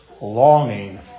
longing